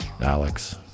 Alex